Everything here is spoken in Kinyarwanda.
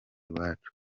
iwacu